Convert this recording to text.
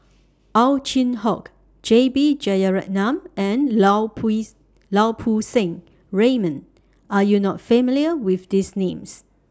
Ow Chin Hock J B Jeyaretnam and Lau Pui's Lau Poo Seng Raymond Are YOU not familiar with These Names